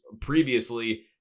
previously